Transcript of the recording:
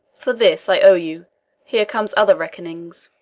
for this i owe you here comes other reckonings.